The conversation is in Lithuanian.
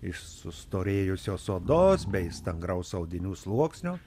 iš sustorėjusios odos bei stangraus audinių sluoksnio